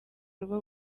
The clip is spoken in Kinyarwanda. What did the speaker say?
rwo